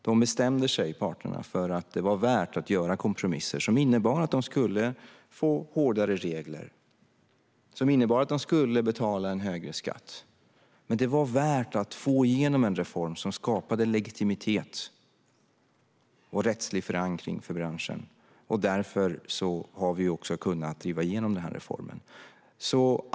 De bestämde sig för att det var värt att göra kompromisser som innebar att de skulle få hårdare regler och att de skulle betala högre skatt. Det var det värt för att få igenom en reform som skapar legitimitet för och rättslig förankring av branschen. Därför har vi också kunnat driva igenom denna reform.